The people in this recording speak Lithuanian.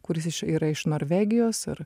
kuris yra iš norvegijos ir